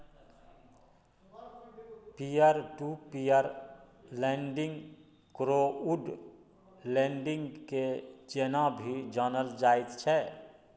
peer to peer lending crowd lending के जेना भी जानल जाइत छै